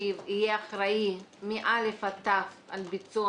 שיהיה אחראי מאל"ף עד ת"ו על ביצוע